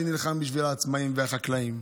שנלחם בשביל העצמאים והחקלאים,